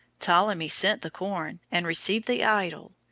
ptolemy sent the corn and received the idol.